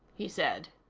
he said.